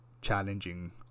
challenging